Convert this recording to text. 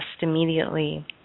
immediately